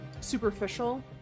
superficial